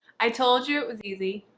i told you it was easy.